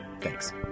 thanks